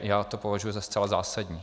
Já to považuji za zcela zásadní.